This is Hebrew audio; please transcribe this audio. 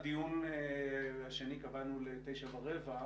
את הדיון השני קבענו ל-9:15.